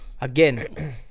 again